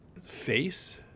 face